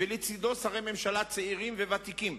ולצדו שרי ממשלה צעירים וותיקים,